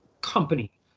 company